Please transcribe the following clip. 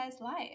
life